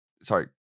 sorry